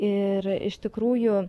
ir iš tikrųjų